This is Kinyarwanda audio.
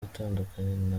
yatandukanye